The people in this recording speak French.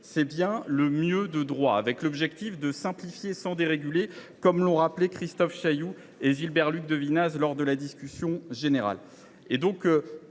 c’est bien le « mieux de droit », avec l’objectif de simplifier sans déréguler, comme l’ont rappelé Christophe Chaillou et Gilbert Luc Devinaz lors de la discussion générale.